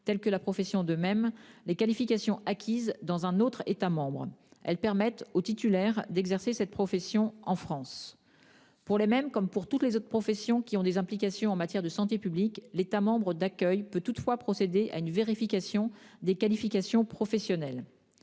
comme la profession de MEM, les qualifications acquises dans un autre État membre. Ces qualifications permettent aux titulaires d'exercer cette profession en France. Pour les MEM, comme pour toutes les autres professions ayant des implications en matière de santé publique, l'État membre d'accueil peut toutefois procéder à une vérification des qualifications professionnelles.